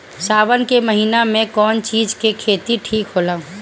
सावन के महिना मे कौन चिज के खेती ठिक होला?